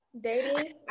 Dating